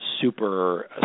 super